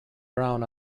brown